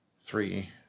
three